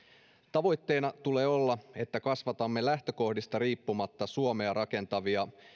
tavoitteena tulee olla että kasvatamme lähtökohdista riippumatta suomea rakentavia